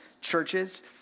Churches